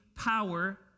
power